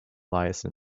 liaison